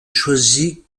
choisit